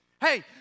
Hey